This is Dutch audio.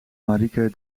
marieke